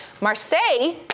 Marseille